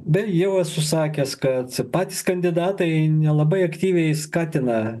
bet jau esu sakęs kad patys kandidatai nelabai aktyviai skatina